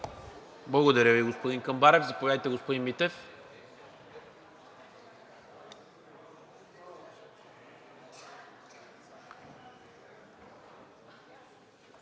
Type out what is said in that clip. Благодаря, господин Камбарев. Заповядайте, господин Митев.